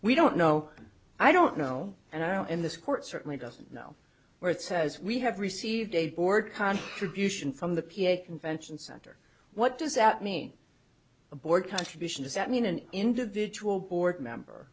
we don't know i don't know and i know in this court certainly doesn't know where it says we have received a board contribution from the p a convention center what does that mean board contribution does that mean an individual board member